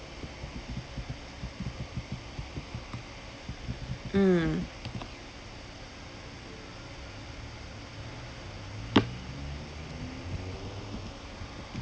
mm